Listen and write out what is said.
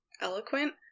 eloquent